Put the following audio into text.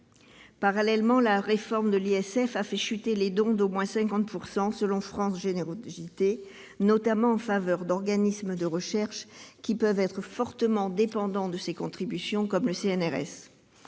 Parallèlement, la réforme de l'ISF a fait chuter les dons « d'au moins 50 %», selon France générosités, notamment en faveur d'organismes de recherche qui peuvent être fortement dépendants de ces contributions, comme le CNRS.